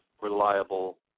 reliable